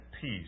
peace